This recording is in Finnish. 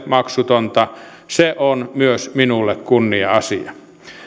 maksutonta se on myös minulle kunnia asia